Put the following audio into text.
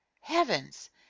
Heavens